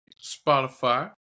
spotify